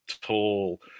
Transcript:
tall